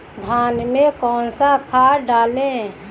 धान में कौन सा खाद डालें?